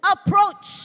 Approach